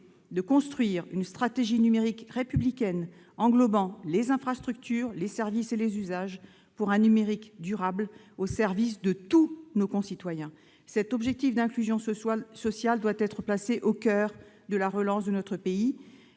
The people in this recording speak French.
de construire une stratégie numérique républicaine englobant les infrastructures, les services et les usages, pour un numérique durable au service de tous nos concitoyens. Cet objectif d'inclusion sociale doit être placé au coeur de la relance de notre pays.